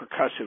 percussive